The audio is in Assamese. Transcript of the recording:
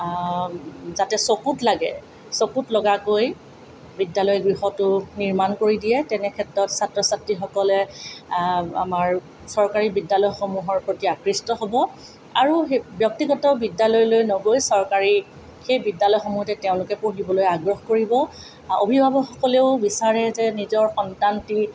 যাতে চকুত লাগে চকুত লগাকৈ বিদ্যালয় গৃহটো নিৰ্মাণ কৰি দিয়ে তেনেক্ষেত্ৰত ছাত্ৰ ছাত্ৰীসকলে আমাৰ চৰকাৰী বিদ্যালয়সমূহৰ প্ৰতি আকৃ্ষ্ট হ'ব আৰু সেই ব্যক্তিগত বিদ্যালয়লৈ নগৈ চৰকাৰী সেই বিদ্যালয় সমূহতে তেওঁলোকে পঢ়িবলৈ আগ্ৰহ কৰিব অভিভাৱকসকলেও বিচাৰে যে নিজৰ সন্তানটি